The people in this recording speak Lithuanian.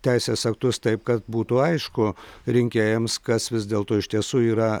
teisės aktus taip kad būtų aišku rinkėjams kas vis dėlto iš tiesų yra